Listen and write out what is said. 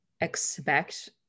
expect